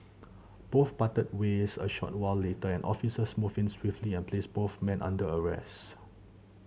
both parted ways a short while later and officers moved in swiftly and placed both men under arrest